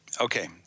Okay